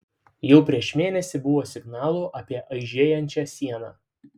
jau prieš mėnesį buvo signalų apie aižėjančią sieną